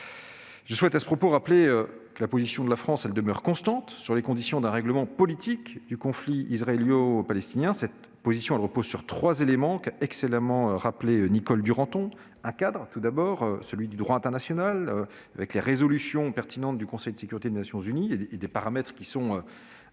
Je souhaite à ce propos rappeler que la position de la France demeure constante sur les conditions d'un règlement politique du conflit israélo-palestinien. Cette position repose sur trois éléments excellemment rappelés par Nicole Duranton. Un cadre, tout d'abord : celui du droit international, fondé sur les résolutions pertinentes du Conseil de sécurité des Nations unies et les paramètres internationalement